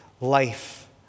life